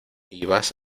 vas